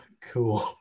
cool